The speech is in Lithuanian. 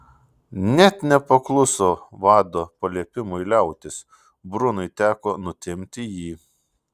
net nepakluso vado paliepimui liautis brunui teko nutempti jį